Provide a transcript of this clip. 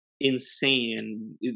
insane